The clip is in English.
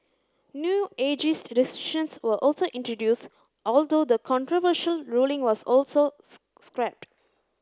new ageist restrictions were also introduced although the controversial ruling was also scrapped